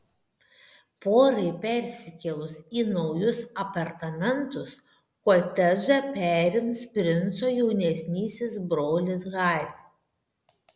porai persikėlus į naujus apartamentus kotedžą perims princo jaunesnysis brolis harry